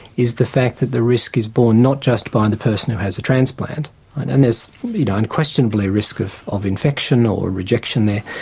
is the fact that the risk is borne not just by and the person who has the transplant and and there's you know unquestionably a risk of of infection or rejection there.